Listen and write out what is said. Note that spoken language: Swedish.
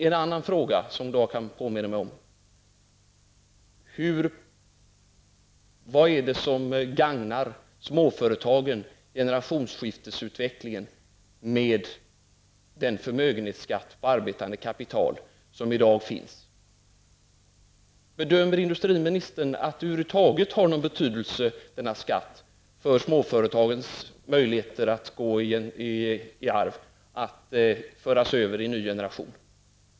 En annan fråga som jag vill påminna om är: Hur gagnas generationsskiftet i småföretagen av den förmögenhetsskatt som i dag tas ut på arbetande kapital? Bedömer industriministern att denna skatt över huvud taget har någon betydelse för småföretagens möjligheter att föras över till en ny generation?